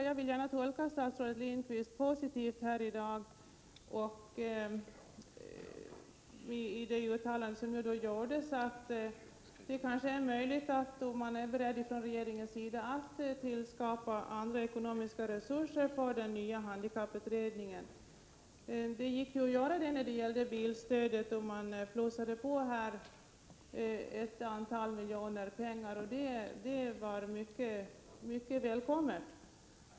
Jag vill gärna tolka statsrådet Lindqvists uttalande här i dag positivt. Det är kanske möjligt att nå resultat, om regeringen är beredd att tillskapa andra ekonomiska resurser för den nya handikapputredningen. Det kunde man ju då det gällde bilstödet. Där plussade man på ett antal miljoner, vilket var mycket välkommet.